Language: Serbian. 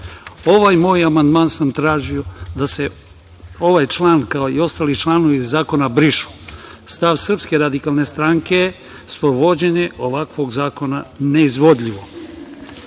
moj amandman sam tražio da se ovaj član, kao i ostali članovi zakona brišu. Stav Srpske radikalne stranke sprovođenje ovakvog zakona je neizvodljivo. Amandman